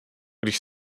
když